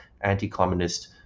anti-communist